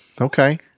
okay